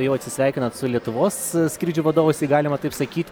jau atsisveikinat su lietuvos skrydžių vadovais jei galima taip sakyt